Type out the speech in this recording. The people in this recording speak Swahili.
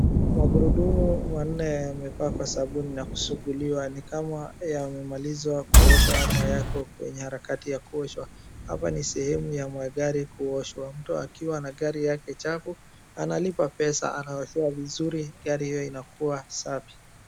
Magurudumu manne yamepakwa sabuni na kusuguliwa ni kama yamemalizwa kuoshwa ama yako kwenye harakiati ya kuoshwa. Hapa ni sehemu ya magari ya kushwa. Mtu akiwa na gari yake chafu analipa pesa anaoshewa vizuri gari hiyo inakuwa safi.